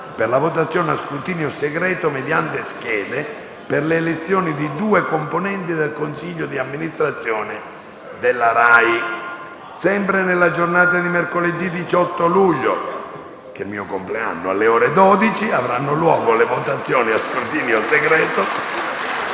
per la votazione a scrutinio segreto mediante schede per l'elezione di due componenti del consiglio di amministrazione della RAI. Sempre nella giornata di mercoledì 18 luglio - che è il mio compleanno, - alle ore 12, avranno luogo le votazioni a scrutinio segreto,